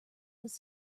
was